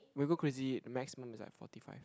will go crazy maximum is like forty five